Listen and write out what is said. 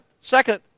second